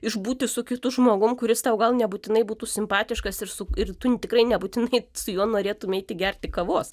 išbūti su kitu žmogum kuris tau gal nebūtinai būtų simpatiškas ir su ir tu tikrai nebūtinai su juo norėtum eiti gerti kavos